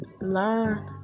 Learn